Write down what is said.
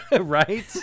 right